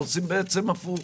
אנחנו בעצם עושים הפוך.